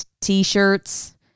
t-shirts